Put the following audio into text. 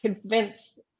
convince